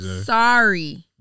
Sorry